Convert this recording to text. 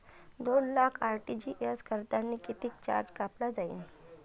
दोन लाख आर.टी.जी.एस करतांनी कितीक चार्ज कापला जाईन?